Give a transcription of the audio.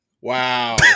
Wow